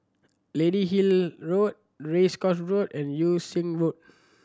Lady Hill Road Race Course Road and Yew Sing Road